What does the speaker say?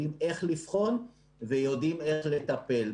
יודעים איך לבחון ויודעים איך לטפל.